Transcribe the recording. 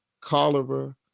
cholera